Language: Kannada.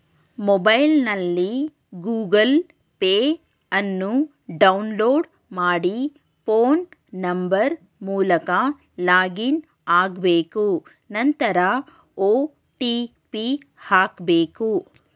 ಮೊಬೈಲ್ನಲ್ಲಿ ಗೂಗಲ್ ಪೇ ಅನ್ನು ಡೌನ್ಲೋಡ್ ಮಾಡಿ ಫೋನ್ ನಂಬರ್ ಮೂಲಕ ಲಾಗಿನ್ ಆಗ್ಬೇಕು ನಂತರ ಒ.ಟಿ.ಪಿ ಹಾಕ್ಬೇಕು